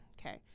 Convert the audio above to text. Okay